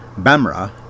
Bamra